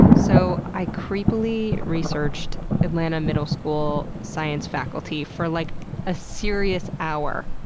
so i creepily researched atlanta middle school science faculty for like a serious hour,